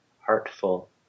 heartful